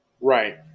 Right